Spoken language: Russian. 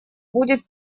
будет